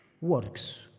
Works